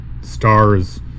stars